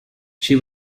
she